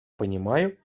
понимаю